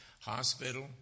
hospital